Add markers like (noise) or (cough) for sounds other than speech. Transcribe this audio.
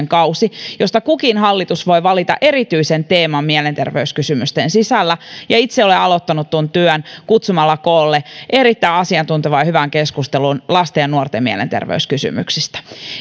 (unintelligible) kausi ja kukin hallitus voi valita erityisen teeman mielenterveyskysymysten sisällä itse olen aloittanut tuon työn kutsumalla koolle erittäin asiantuntevaan ja hyvään keskusteluun lasten ja nuorten mielenterveyskysymyksistä